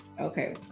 Okay